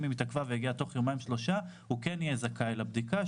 אם התוצאה התעכבה הוא יהיה זכאי למרות העיכוב.